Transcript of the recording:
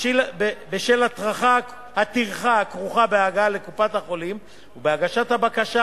בשל הטרחה הכרוכה בהגעה לקופת-החולים ובהגשת הבקשה,